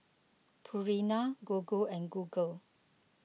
Purina Gogo and Google